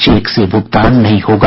check से भूगतान नहीं होगा